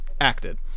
acted